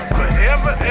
forever